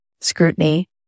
scrutiny